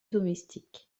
domestiques